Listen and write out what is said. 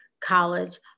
college